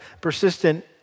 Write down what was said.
persistent